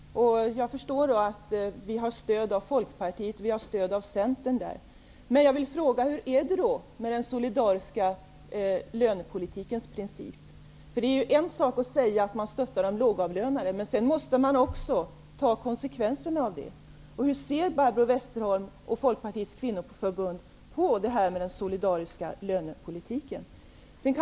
Jag förstår att vi har stöd av Hur är det egentligen med den solidariska lönepolitikens princip? Det är en sak att säga att man stöttar de lågavlönade, men sedan måste man ta konsekvenserna av det. Hur ser Barbro Westerholm och Folkpatiets kvinnoförbund på den solidariska lönepolitiken?